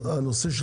הנושא של